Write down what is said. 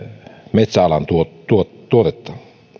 metsäalan tuotetta